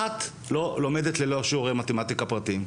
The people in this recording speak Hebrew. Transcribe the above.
אחת לא לומדת ללא שיעורי מתמטיקה פרטיים.